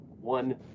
one